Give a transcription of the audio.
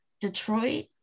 detroit